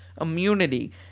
immunity